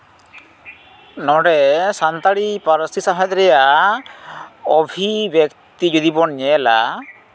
ᱱᱚᱰᱮ ᱥᱟᱱᱛᱟᱲᱤ ᱯᱟᱹᱨᱥᱤ ᱥᱟᱶᱦᱮᱫ ᱨᱮᱭᱟᱜ ᱚᱵᱷᱤᱵᱮᱠᱛᱤ ᱡᱩᱫᱤ ᱵᱚᱱ ᱧᱮᱞᱟ